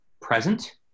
present